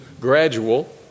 gradual